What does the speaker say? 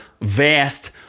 vast